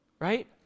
Right